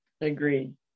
agreed